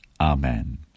Amen